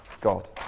God